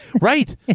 Right